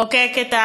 חוקק את,